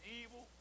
evil